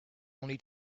only